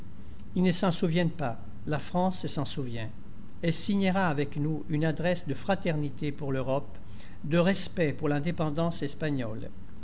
ils ne s'en souviennent pas la france s'en souvient elle signera avec nous une adresse de fraternité pour l'europe de respect pour l'indépendance espagnole